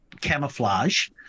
camouflage